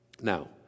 Now